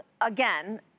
again